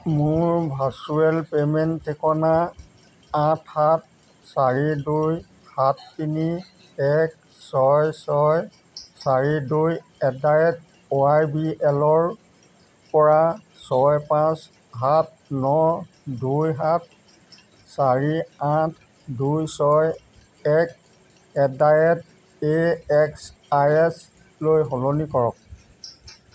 মোৰ virtual payment ঠিকনা আঠ সাত চাৰি দুই সাত তিনি এক ছয় ছয় চাৰি দুই এটডাৰেট ৱাই বি এল ৰ পৰা ছয় পাঁচ সাত ন দুই সাত চাৰি আঠ দুই ছয় এক at the rate A X I S লৈ সলনি কৰক